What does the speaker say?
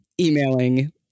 emailing